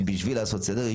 בשביל לעשות סדר,